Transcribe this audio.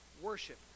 worship